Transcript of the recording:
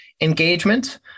engagement